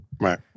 Right